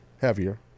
heavier